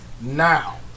Now